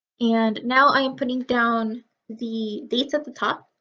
and now i am putting down the dates at the top.